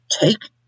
take